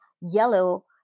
yellow